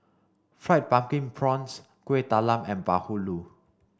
fried pumpkin prawns Kuih Talam and Bahulu